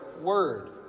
word